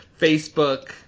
facebook